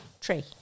Tree